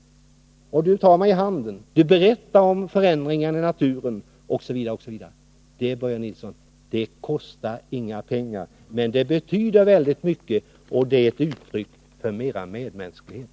Du tar mig i handen, du berättar om förändringarna i naturen osv. Det, Börje Nilsson, kostar inga pengar, men det betyder väldigt mycket, och det är ett uttryck för mera medmänsklighet.